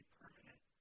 permanent